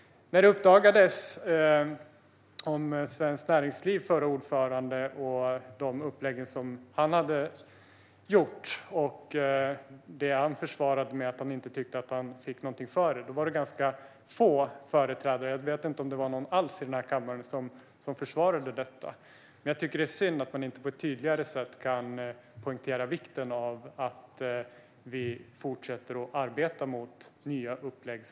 När det uppdagades vilka upplägg den förre ordföranden för Svenskt Näringsliv hade gjort och hans försvar var att han inte ansåg att han fick något för den skatt han betalade var det få företrädare, jag vet inte om det var någon alls i kammaren, som försvarade honom. Men det är synd att vi inte på ett tydligare sätt kan poängtera vikten av att vi fortsätter att arbeta mot nya upplägg.